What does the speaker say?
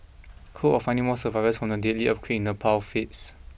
cool of finding more survivors from the deadly of queen in Nepal fades